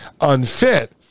unfit